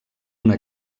una